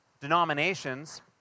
denominations